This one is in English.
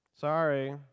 sorry